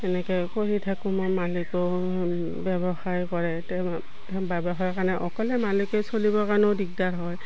এনেকৈ কৰি থাকোঁ মোৰ মালিকো ব্যৱসায় কৰে তেওঁ ব্যৱসায়ৰ কাৰণে অকলে মালিকে চলিবৰ কাৰণেও দিগদাৰ হয়